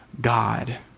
God